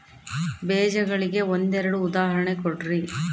ಬೇಜಗಳಿಗೆ ಒಂದೆರಡು ಉದಾಹರಣೆ ಕೊಡ್ರಿ?